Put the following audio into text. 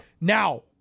Now